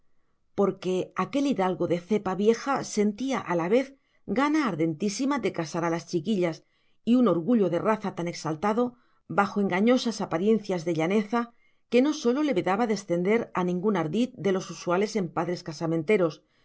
porque aquel hidalgo de cepa vieja sentía a la vez gana ardentísima de casar a las chiquillas y un orgullo de raza tan exaltado bajo engañosas apariencias de llaneza que no sólo le vedaba descender a ningún ardid de los usuales en padres casamenteros